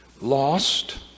Lost